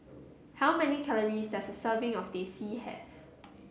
how many calories does a serving of Teh C have